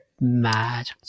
Mad